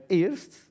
eerst